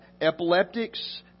epileptics